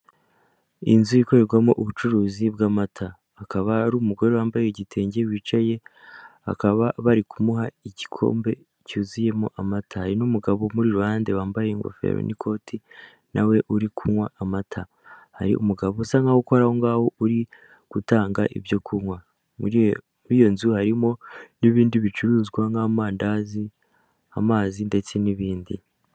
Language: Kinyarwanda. Inzu ikorerwamo ubucuruzi bw'amata akaba ari umugore wambaye igitenge wicaye akaba bari kumuha igikombe cyuzuyemo amata hari n'umugabo umuri iruhanande wambaye ingofero n'ikoti nawe uri kunywa amata hari umugabo usa nkaho ukora ahongaho uri gutanga ibyo kunywa iyo nzu harimo n'ibindi bicuruzwa nk'amandazi amazi ndetse n'ibindi